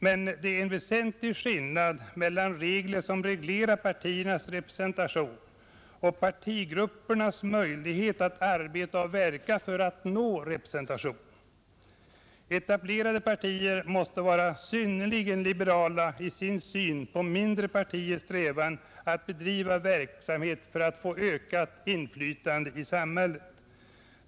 Men det är en väsentlig skillnad mellan regler som reglerar partiernas representation och partigruppernas möjlighet att arbeta och verka för att nå representation. Etablerade partier måste vara synnerligen liberala i sin syn på mindre partiers strävan att bedriva verksamhet för att få ökat inflytande i samhället.